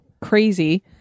crazy